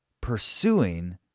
pursuing